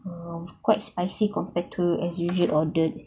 uh quite spicy compared to as usual order